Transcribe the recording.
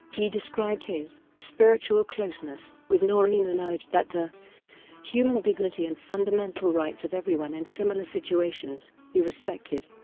he described his spiritual closeness with noreen and urged that the human dignity and fundamental rights of everyone in similar situations be respected.